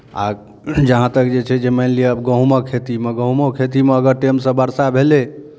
आ जहाँ तक जे छै जे मानि लिअ गहूमक खेतीमे गहूमोके खेतीमे अगर टाइमसँ वर्षा भेलै